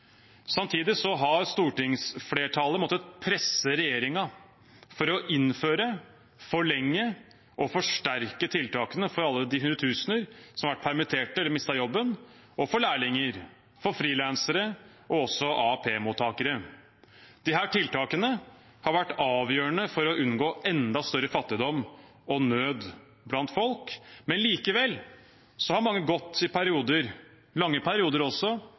Samtidig har stortingsflertallet måttet presse regjeringen til å innføre, forlenge og forsterke tiltakene for alle de hundretusener som har vært permittert eller mistet jobben, for lærlinger, for frilansere og også for AAP-mottakere. Disse tiltakene har vært avgjørende for å unngå enda større fattigdom og nød blant folk. Men likevel har mange gått i perioder – også lange perioder